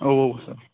औ औ सार